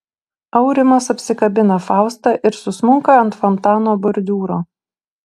aurimas apsikabina faustą ir susmunka ant fontano bordiūro